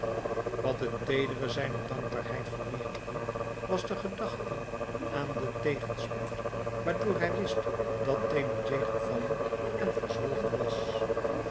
wat het teedere zijner dankbaarheid vermeerderde was de gedachte aan den tegenspoed waardoor hij wist dat thénardier gevallen en verzwolgen was